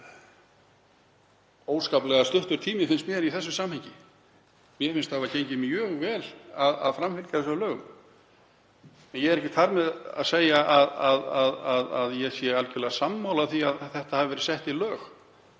óskaplega stuttur tími, finnst mér, í þessu samhengi. Mér finnst hafa gengið mjög vel að framfylgja þessum lögum. Ég er ekki þar með að segja að ég sé algerlega sammála því að þetta hafi verið sett í lög.